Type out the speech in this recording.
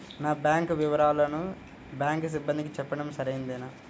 నా బ్యాంకు వివరాలను బ్యాంకు సిబ్బందికి చెప్పడం సరైందేనా?